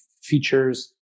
features